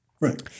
Right